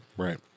Right